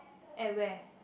at where